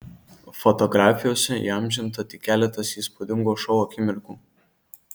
fotografijose įamžinta tik keletas įspūdingo šou akimirkų